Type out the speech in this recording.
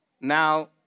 Now